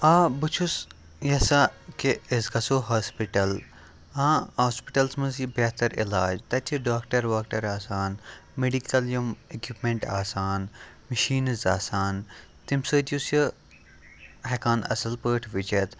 آ بہٕ چھُس یژھان کہِ أسۍ گَژھو ہاسپِٹَل ہاں ہاسپِٹَلَس منٛز یی بہتر علاج تَتہِ چھِ ڈاکٹَر واکٹَر آسان میٚڈِکَل یِم اِکیوٗپمٮ۪نٛٹ آسان مِشیٖنٕز آسان تَمہِ سۭتۍ یُس یہِ ہٮ۪کان اَصٕل پٲٹھۍ وٕچھِتھ